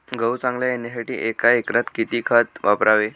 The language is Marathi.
गहू चांगला येण्यासाठी एका एकरात किती खत वापरावे?